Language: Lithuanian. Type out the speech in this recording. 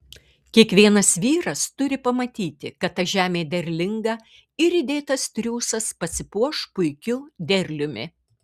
kiekvienas vyras turi pamatyti kad ta žemė derlinga ir įdėtas triūsas pasipuoš puikiu derliumi